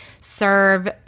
serve